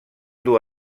dur